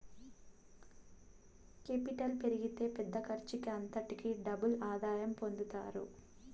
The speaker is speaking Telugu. కేపిటల్ పెరిగితే పెద్ద ఖర్చుకి అంతటికీ డబుల్ ఆదాయం పొందుతారు